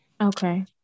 Okay